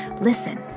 Listen